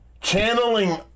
Channeling